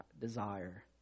desire